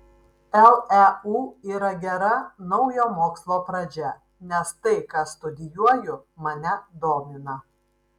leu yra gera naujo mokslo pradžia nes tai ką studijuoju mane domina